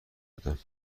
دادن